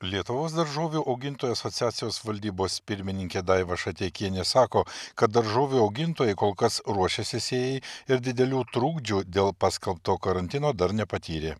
lietuvos daržovių augintojų asociacijos valdybos pirmininkė daiva šateikienė sako kad daržovių augintojai kol kas ruošiasi sėjai ir didelių trukdžių dėl paskelbto karantino dar nepatyrė